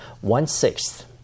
one-sixth